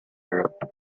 europe